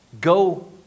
Go